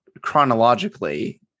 chronologically